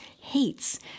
hates